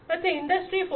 ಮತ್ತೆ ಇಂಡಸ್ಟ್ರಿ 4